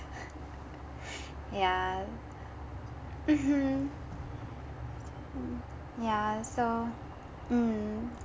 yeah mmhmm yeah so mm